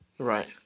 Right